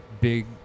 big